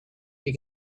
you